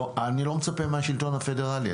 אני לא מצפה מהשלטון הפדרלי.